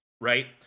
right